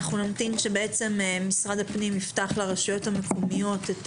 נמתין שמשרד הפנים יפתח לרשויות המקומיות את